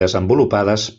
desenvolupades